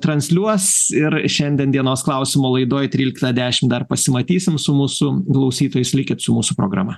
transliuos ir šiandien dienos klausimo laidoj tryliktą dešimt dar pasimatysim su mūsų klausytojais likit su mūsų programa